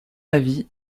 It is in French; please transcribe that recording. avis